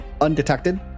undetected